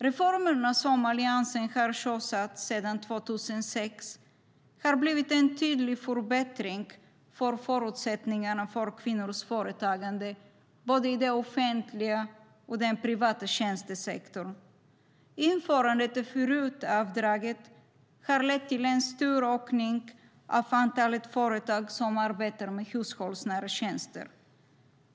Reformerna som Alliansen sjösatt sedan 2006 har inneburit en tydlig förbättring vad gäller förutsättningarna för kvinnors företagande både i den offentliga och i den privata tjänstesektorn. Införandet av RUT-avdraget har lett till en stor ökning av antalet företag som arbetar med hushållsnära tjänster.